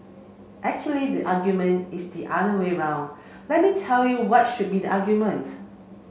actually the argument is the other way round let me tell you what should be the argument